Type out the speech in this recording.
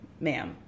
ma'am